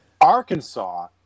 Arkansas